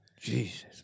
Jesus